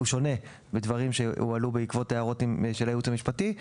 בדברים שהועלו בעקבות הערות של הייעוץ המשפטי.